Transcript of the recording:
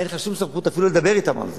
אין לך שום סמכות אפילו לדבר אתם על זה.